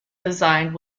designed